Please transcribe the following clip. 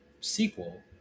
sequel